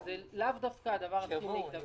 זה לאו דווקא הדבר המיטבי.